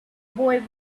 boy